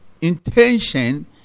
intention